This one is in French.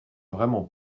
vraiment